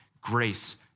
grace